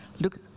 Look